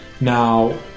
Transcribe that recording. Now